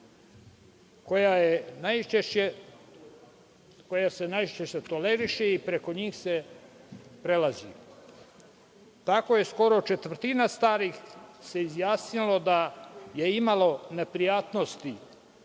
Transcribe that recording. koja se najčešće toleriše i preko njih se prelazi. Tako se skoro četvrtina starih izjasnilo da je imalo neprijatnosti